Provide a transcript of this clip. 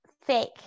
Fake